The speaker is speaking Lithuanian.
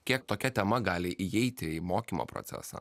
kiek tokia tema gali įeiti į mokymo procesą